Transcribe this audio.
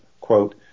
quote